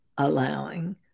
allowing